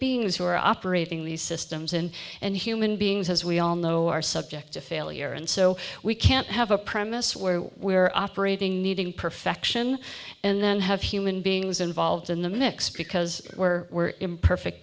beings who are operating these systems and and human beings as we all know are subject to failure and so we can't have a premise where we're operating needing perfection and then have human beings involved in the mix because we're imperfect